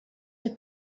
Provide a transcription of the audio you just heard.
the